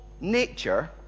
nature